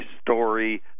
story